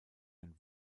ein